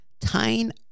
tying